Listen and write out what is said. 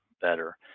better